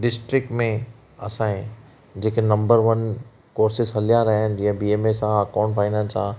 district में असांजे जेके नम्बर वन कोर्सेस हलिया रहिया आहिनि जीअं बी एम एस आहे अकाउंट फाइनेंस आहे